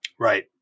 Right